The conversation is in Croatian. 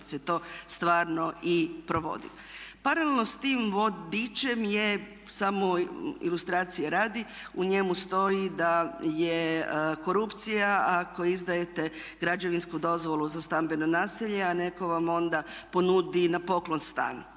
se to stvarno i provodi. Paralelno sa tim vodičem je samo ilustracije radi, u njemu stoji da je korupcija ako izdajete građevinsku dozvolu za stambeno naselje a netko vam onda ponudi stan.